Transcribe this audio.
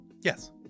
Yes